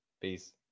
Peace